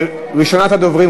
ראשונת הדוברים,